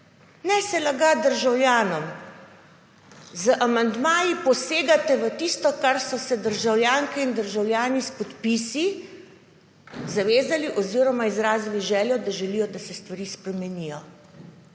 Ne se lagat državljanom! Z amandmaji posegate v tisto, kar so se državljanke in državljani s podpisi zavezali oziroma izrazili željo, da želijo, da se stvari spremenijo.